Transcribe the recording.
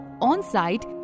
on-site